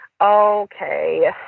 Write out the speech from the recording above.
Okay